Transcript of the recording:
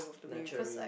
nurturing ah